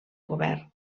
govern